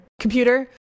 Computer